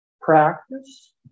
practice